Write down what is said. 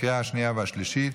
התקבלה בקריאה השנייה והשלישית,